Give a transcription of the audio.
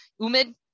umid